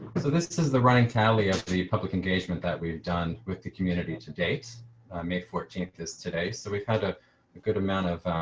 so this is the running tally of the public engagement that we've done with the community to date may fourteen like is today. so we've had a good amount of